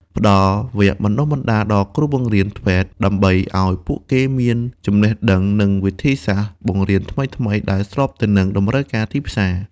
ផ្តល់វគ្គបណ្តុះបណ្តាលដល់គ្រូបង្រៀន ធ្វេត TVET ដើម្បីឱ្យពួកគេមានចំណេះដឹង និងវិធីសាស្ត្របង្រៀនថ្មីៗដែលស្របទៅនឹងតម្រូវការទីផ្សារ។